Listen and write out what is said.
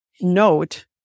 note